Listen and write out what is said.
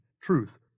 truth